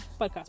podcast